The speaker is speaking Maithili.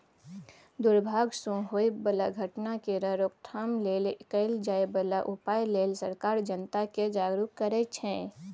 दुर्भाग सँ होए बला घटना केर रोकथाम लेल कएल जाए बला उपाए लेल सरकार जनता केँ जागरुक करै छै